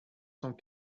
cent